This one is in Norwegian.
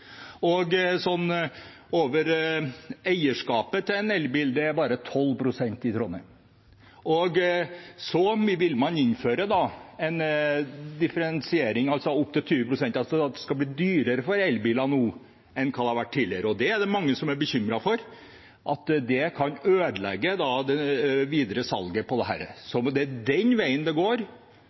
til en elbil er det bare 12 pst. som har i Trondheim. Så vil man innføre en differensiering, opp til 20 pst. – det skal altså bli dyrere for elbiler nå enn hva det har vært tidligere. Det er det mange som er bekymret for, at det kan ødelegge det videre salget. Så det er den veien det går,